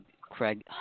Craig